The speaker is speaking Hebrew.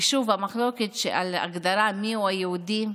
ושוב, המחלוקת על ההגדרה מיהו יהודי,